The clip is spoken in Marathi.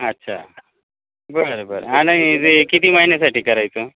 अच्छा बरं बरं आणि हे जे किती महिन्यासाठी करायचं